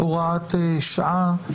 (הוראת שעה)